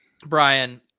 Brian